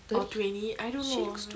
or twenty I don't know